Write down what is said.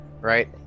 right